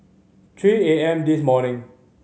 three A M this morning